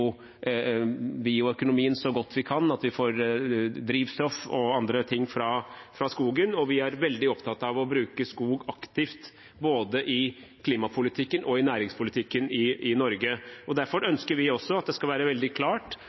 så godt vi kan, at vi får drivstoff og andre ting fra skogen – og vi er veldig opptatt av å bruke skog aktivt, både i klimapolitikken og i næringspolitikken i Norge. Derfor ønsker vi også, og det skal være veldig klart,